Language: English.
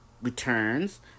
returns